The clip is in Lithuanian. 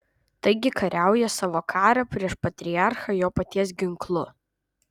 taigi kariauja savo karą prieš patriarchą jo paties ginklu